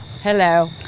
hello